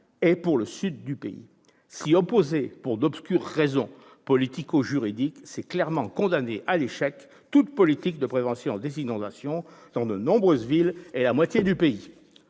-et pour le sud du pays. S'y opposer pour d'obscures raisons politico-juridiques, c'est clairement condamner à l'échec toute politique de prévention des inondations dans de nombreuses villes et la moitié du pays.